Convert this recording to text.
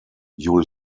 you’ll